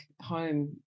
home